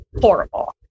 horrible